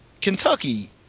Kentucky